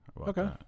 Okay